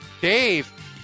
Dave